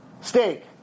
steak